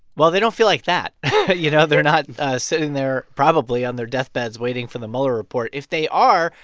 well, they don't feel like that you know? they're not sitting there probably on their deathbeds waiting for the mueller report. if they are,